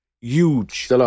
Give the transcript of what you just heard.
huge